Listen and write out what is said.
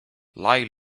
lie